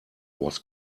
was